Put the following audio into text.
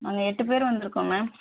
நாங்கள் எட்டு பேர் வந்துருக்கோம் மேம்